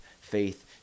faith